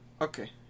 Okay